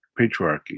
patriarchy